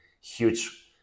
huge